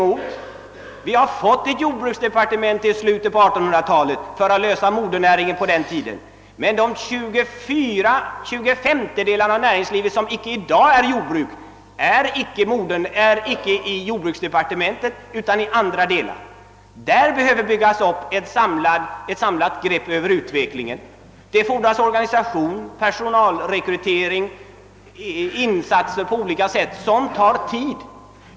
I slutet på 1800-talet fick vi ett jordbruksdepartement, som skulle lösa den tidens problem inom modernäringen, men ?/2»s av näringslivet består i dag inte av jordbruk och hör alltså inte hemma i jordbruksdepartementet. Jag menar att det behövs ett samlat grepp över utvecklingen. Det fordras organisation, personalrekrytering och andra insatser som tar tid.